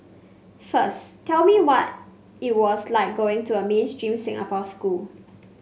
first tell me what it was like going to a mainstream Singapore school